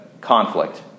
conflict